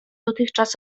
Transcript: dotychczas